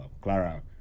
Clara